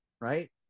right